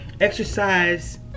exercise